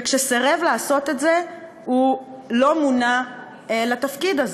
וכשסירב לעשות את זה הוא לא מונה לתפקיד.